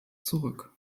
zurück